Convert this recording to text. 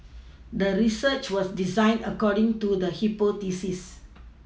the research was designed according to the hypothesis